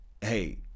hey